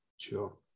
Sure